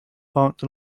parked